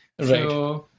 Right